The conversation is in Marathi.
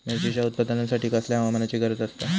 मिरचीच्या उत्पादनासाठी कसल्या हवामानाची गरज आसता?